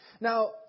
Now